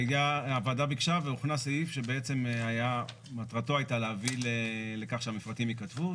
הוועדה ביקשה והוכנס סעיף שמטרתו הייתה להביא לכך שהמפרטים ייכתבו.